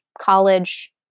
college